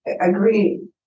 agree